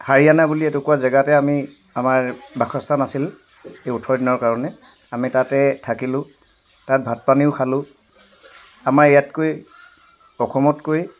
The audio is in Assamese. হাৰিয়ানা বুলি এটোকোৰা জেগাতে আমি আমাৰ বাসস্থান আছিল এই ওঁঠৰ দিনৰ কাৰণে আমি তাতে থাকিলো তাত ভাত পানীও খালো আমাৰ ইয়াতকৈ অসমতকৈ